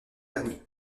dernier